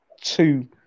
two